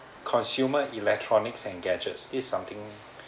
consumer electronics and gadgets this something